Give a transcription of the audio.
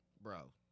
Bro